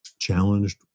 challenged